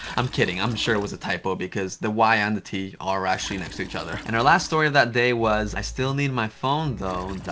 i'm kidding, i'm sure it was a typo because the y and the t are actually next to each other. and her last story of that day was, i still need my phone though.